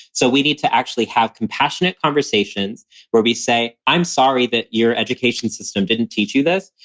so we need to actually have compassionate conversations where we say, i'm sorry that your education system didn't teach you this,